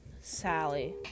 Sally